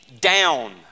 down